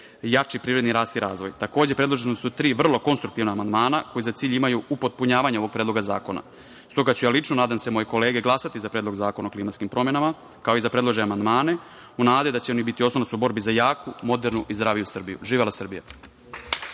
jači privredni rast i razvoj. Takođe, predložena su tri vrlo konstruktivna amandmana koji za cilj imaju upotpunjavanje ovog predloga zakona. Stoga ću ja lično, a nadam se i moje kolege glasati za Predlog zakona o klimatskim promenama, kao i za predložene amandmane, u nadi da će oni biti oslonac u borbi za jaku, modernu i zdraviju Srbiju. Živela Srbija!